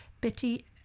bitty